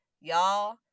y'all